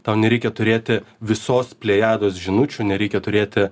tau nereikia turėti visos plejados žinučių nereikia turėti